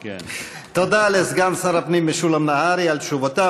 תודה לסגן שר הפנים משולם נהרי, על תשובותיו.